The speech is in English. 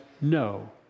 no